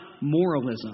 moralism